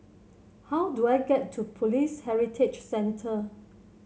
how do I get to Police Heritage Centre